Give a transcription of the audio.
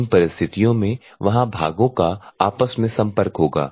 इन परिस्थितियों में वहां भागों का आपस में संपर्क होगा